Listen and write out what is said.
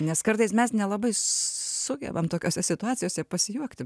nes kartais mes nelabai sugebam tokiose situacijose pasijuokti